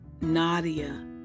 Nadia